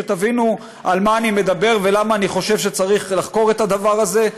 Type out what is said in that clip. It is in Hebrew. שתבינו על מה אני מדבר ולמה אני חושב שצריך לחקור את הדבר הזה,